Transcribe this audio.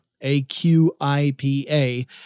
A-Q-I-P-A